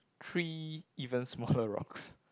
three even smaller rocks